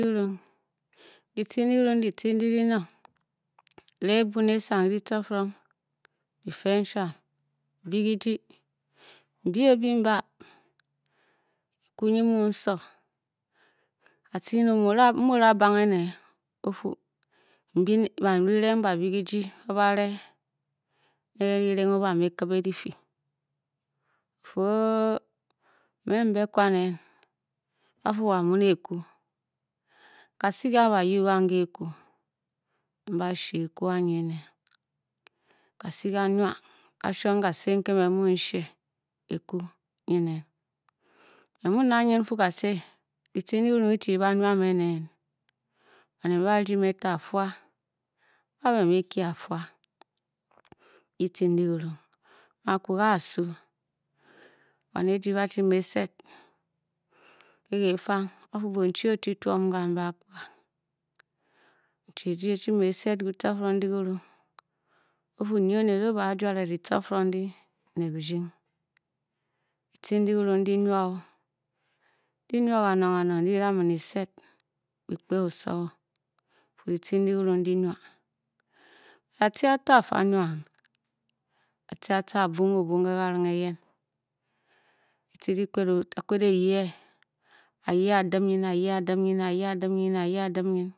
Ditce ndi kirun ditci ndi di nong, Erenghe mbuu ne sang ke tcifiring, bi fe nshuam mbyi kijyi, mbyi o byi mba, ekwu nyi nmuu nso, atce nyin omu, o muu o-da banghe ne ofu barinreng ba-bii kijyi ba bare, ene nke nri reng-o-ba me e-ki be difii o-fuu o-o-o-o me mbe kwan nen ba-fuu wo amuu ne, ekwu, kasi ka ba yuu gang ke ekwu, m ba-shje ekwu anyi ene, kasi kanwa ka shuom kasi nke me mmu n-shye ekwu nyin nen, me m muu, n da nyid n-fuu ditce ndi diruun dichi kiba nwa me nen, baned mbe ba rdi me to afua, ba ba me e-kye afua ke ditce ndi dirun akpuga a a suu. Buan eji ba-chi me e-sed ke ke fang ba fuu, bonchi, o-chi tuom kambe akpuga, nchie eji o-chi me-esed ofuu oned o-o- bu juare ne birding, ditci ndi di ruun di-nwa o, di-nwa kanong kanong ndi bi da man e-sed bi kpe osowo, fuu ditce ndi jinuun di nwa, atce ato a-fi a-nwa atce ato, abung o-bung ke karing eyen, kitce kikped o, a-kped e-yee, a-yee a-dim nyin, a-yee a-dim nyin, a-yee a-dim nyin, a-yee a-dim nyin.